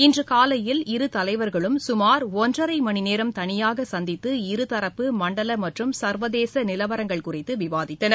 இன்றுகாலையில் இரு தலைவர்களும் சுமார் ஒன்றரைமணிநேரம் தனியாகசந்தித்து இருதரப்பு மண்டலமற்றும் சர்வதேசநிலவரங்கள் குறித்துவிவாதித்தனர்